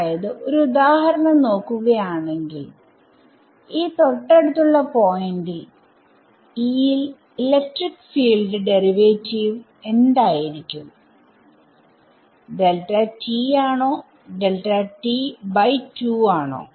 അതായത് ഒരു ഉദാഹരണം നോക്കുകയാണെങ്കിൽ ഈ തൊട്ടടുത്തുള്ള പോയിന്റിൽ E ൽ ഇലക്ട്രിക് ഫീൽഡ് ഡെറിവേറ്റീവ്എന്തായിരിക്കും ആണോ ആണോ